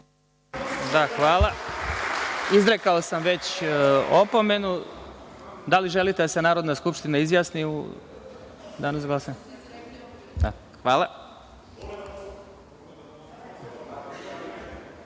Hvala. Izrekao sam već opomenu. Da li želite da se Narodna skupština izjasni u danu za glasanje?(Maja